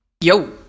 Yo